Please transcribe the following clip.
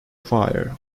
fire